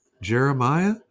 Jeremiah